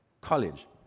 college